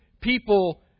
People